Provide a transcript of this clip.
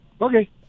Okay